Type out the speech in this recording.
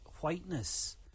whiteness